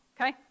okay